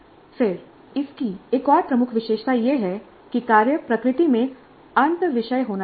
फिर इसकी एक और प्रमुख विशेषता यह है कि कार्य प्रकृति में अंतःविषय होना चाहिए